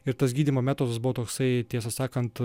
ir tas gydymo metodas buvo toksai tiesą sakant